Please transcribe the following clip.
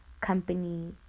company